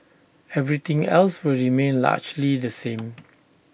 everything else will remain largely the same